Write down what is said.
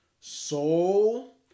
soul